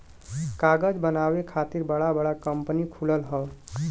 कागज बनावे खातिर बड़ा बड़ा कंपनी खुलल हौ